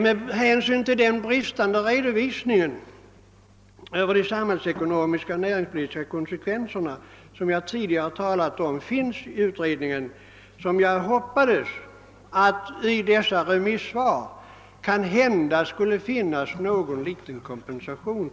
Med hänsyn till den bristande redovisning utredningen presenterat över de samhällsekonomiska och näringspolitiska konsekvenserna hade jag hoppats att remissvaren skulle kunna erbjuda någon liten kompensation.